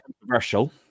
controversial